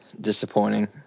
disappointing